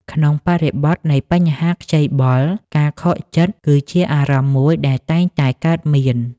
ក្នុងបរិបទនៃបញ្ហាខ្ចីបុល ការខកចិត្ត គឺជាអារម្មណ៍មួយដែលតែងតែកើតមាន។